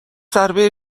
ضربه